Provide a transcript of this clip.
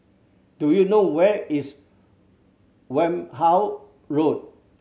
do you know where is Wareham Road